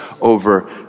over